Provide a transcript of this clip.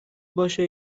باشه